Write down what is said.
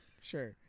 Sure